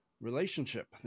relationship